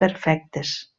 perfectes